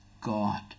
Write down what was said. God